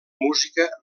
música